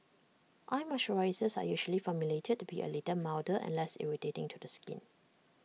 eye moisturisers are usually formulated to be A little milder and less irritating to the skin